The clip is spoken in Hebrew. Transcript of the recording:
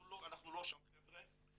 אנחנו לא שם חבר'ה,